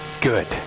good